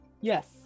Yes